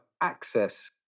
access